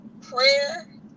prayer